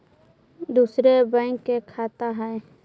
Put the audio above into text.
दुसरे बैंक के खाता हैं?